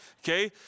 okay